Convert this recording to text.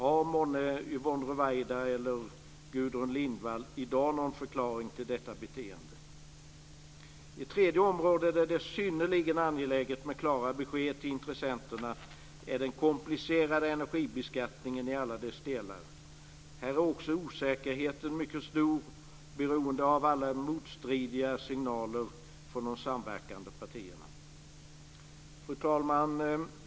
Har månne Yvonne Ruwaida eller Gudrun Lindvall i dag någon förklaring till detta beteende? Ett tredje område där det är synnerligen angeläget med klara besked till intressenterna är den komplicerade energibeskattningen i alla dess delar. Här är också osäkerheten mycket stor, beroende på alla motstridiga signaler från de samverkande partierna. Fru talman!